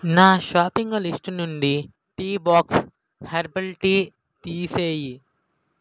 నా shopping list నుండి tea box herbal tea తీసేయి